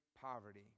poverty